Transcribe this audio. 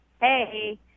hey